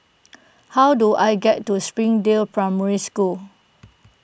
how do I get to Springdale Primary School